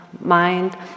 mind